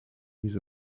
with